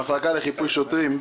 המחלקה לחיפוי שוטרים,